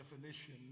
definition